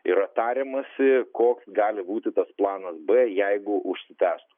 yra tariamasi koks gali būti tas planas b jeigu užsitęstų